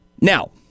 Now